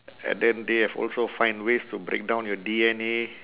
and then they have also find ways to break down your D_N_A